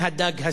מהדג הזה.